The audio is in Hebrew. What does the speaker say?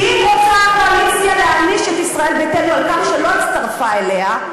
כי אם רוצה הקואליציה להעניש את ישראל ביתנו על כך שלא הצטרפה אליה,